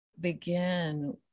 begin